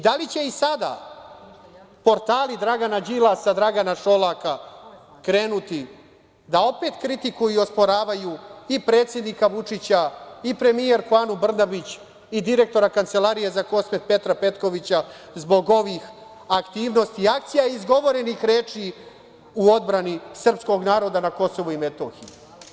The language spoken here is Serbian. Da li će i sada portali Dragana Đilasa, Dragana Šolaka, krenuti da opet kritikuju i osporavaju i predsednika Vučića i premijerku Anu Brnabić, i direktora Kancelarije za KiM, Petra Petkovića, zbog ovih aktivnosti, i akcija, izgovorenih reči u odbrani srpskog naroda na KiM?